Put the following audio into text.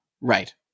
Right